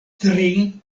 tri